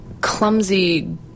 clumsy